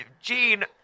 Gene